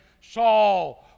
Saul